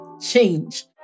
change